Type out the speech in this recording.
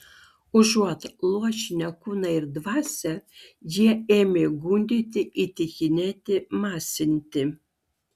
užuot luošinę kūną ir dvasią jie ėmė gundyti įtikinėti masinti